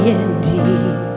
indeed